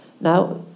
Now